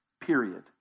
period